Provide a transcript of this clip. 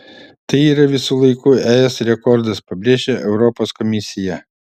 tai yra visų laikų es rekordas pabrėžia europos komisija